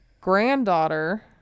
granddaughter